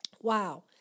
wow